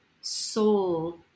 soul